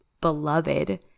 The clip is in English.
beloved